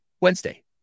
Wednesday